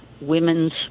women's